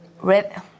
Red